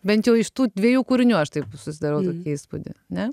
bent jau iš tų dviejų kūrinių aš taip susidarau įspūdį ne